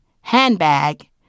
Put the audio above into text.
handbag